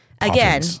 Again